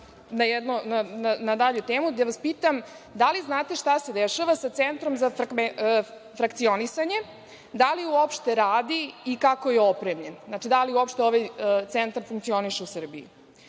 na dalju temu, da vas pitam, da li znate šta se dešava sa Centrom za frakcionisanje, da li uopšte radi i kako je opremljen? Znači, da li uopšte ovaj centar funkconiše u Srbiji? Naime,